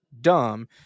dumb